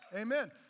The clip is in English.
Amen